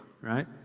right